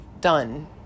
done